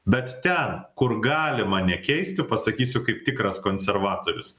bet ten kur galima nekeisti pasakysiu kaip tikras konservatorius